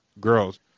girls